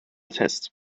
test